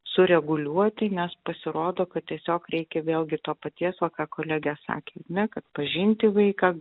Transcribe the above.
sureguliuoti nes pasirodo kad tiesiog reikia vėlgi to paties va ką kolegė sakė ar ne kad pažinti vaiką